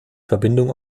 verbindung